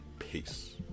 Peace